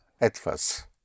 Etwas